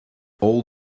all